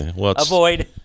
avoid